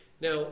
Now